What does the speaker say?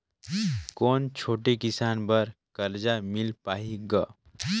कौन छोटे किसान बर कर्जा मिल पाही ग?